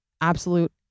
absolute